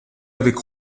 avec